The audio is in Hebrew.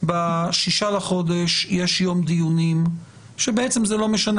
ב-6 בחודש יש יום דיונים שבעצם זה לא משנה